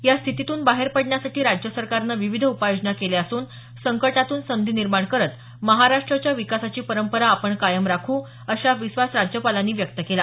या स्थितीतून बाहेर पडण्यासाठी राज्य सरकारनं विविध उपाययोजना केल्या असून संकटातून संधी निर्माण करत महाराष्ट्राच्या विकासाची परंपरा आपण कायम राखू असा विश्वास राज्यपालांनी व्यक्त केला